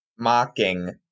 Mocking